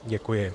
Děkuji.